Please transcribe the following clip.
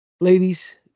Ladies